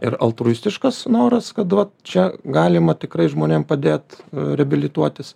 ir altruistiškas noras kad va čia galima tikrai žmonėm padėt reabilituotis